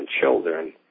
children